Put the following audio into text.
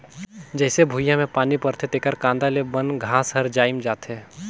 जईसे भुइयां में पानी परथे तेकर कांदा ले बन घास हर जायम जाथे